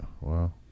wow